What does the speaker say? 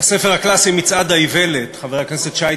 בספר הקלאסי "מצעד האיוולת" חבר הכנסת שי,